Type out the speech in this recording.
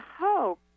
hope